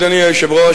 אדוני היושב-ראש,